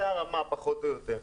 זו הרמה פחות או יותר.